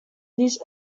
this